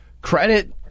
credit